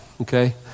okay